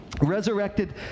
Resurrected